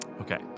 Okay